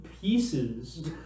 pieces